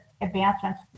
advancements